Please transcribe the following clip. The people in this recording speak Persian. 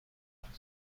بفهمم